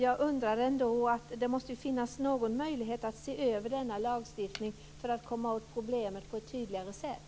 Jag undrar därför om det inte finns någon möjlighet att se över denna lagstiftning för att man ska komma åt problemet på ett tydligare sätt.